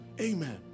Amen